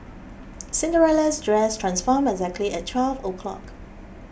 Cinderella's dress transformed exactly at twelve o'clock